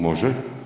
Može.